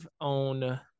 on